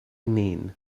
mean